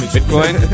Bitcoin